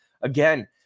Again